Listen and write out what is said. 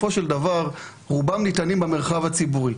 רובם ניתנים במרחב הציבורי.